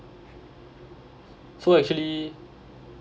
so actually